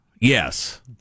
Yes